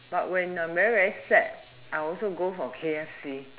but when I'm very very very sad I will also go for K_F_C